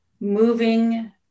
moving